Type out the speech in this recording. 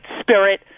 spirit